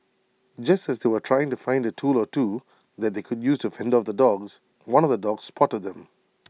just as they were trying to find A tool or two that they could use to fend off the dogs one of the dogs spotted them